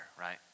Right